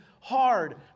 hard